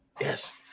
yes